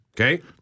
Okay